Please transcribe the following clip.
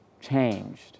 changed